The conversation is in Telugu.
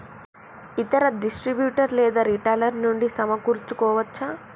ఇతర డిస్ట్రిబ్యూటర్ లేదా రిటైలర్ నుండి సమకూర్చుకోవచ్చా?